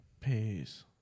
peace